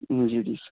جی جی